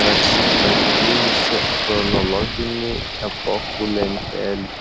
tarsi atgijusi chronologinė epochų lentelė